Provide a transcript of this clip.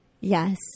Yes